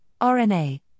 RNA